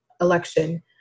election